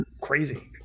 crazy